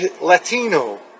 Latino